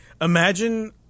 Imagine